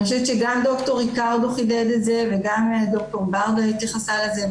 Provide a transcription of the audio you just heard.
אני חושבת שגם ד"ר ריקרדו חידד את זה וגם ד"ר ברדה התייחסה לזה,